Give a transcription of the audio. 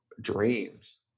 Dreams